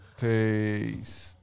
Peace